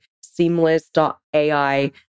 seamless.ai